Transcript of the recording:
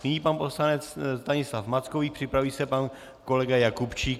Nyní pan poslanec Stanislav Mackovík, připraví se pan kolega Jakubčík.